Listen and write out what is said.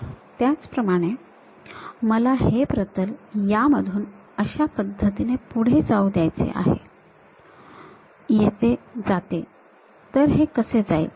त्याचप्रमाणे मला हे प्रतल यामधून अशा पद्धतीने पुढे जाऊ द्यायचे आहे येते जाते तर हे कसे जाईल